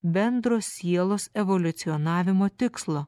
bendro sielos evoliucionavimo tikslo